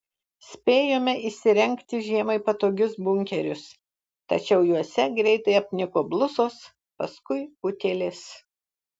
spėjome įsirengti žiemai patogius bunkerius tačiau juose greitai apniko blusos paskui utėlės